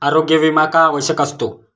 आरोग्य विमा का आवश्यक असतो?